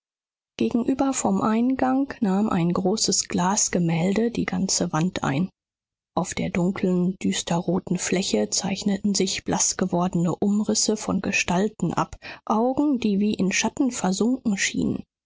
gegenüber vom eingang nahm ein großes glasgemälde die ganze wand ein auf der dunkeln düsterroten fläche zeichneten sich blaßgewordene umrisse von gestalten ab augen die wie in schatten versunken schienen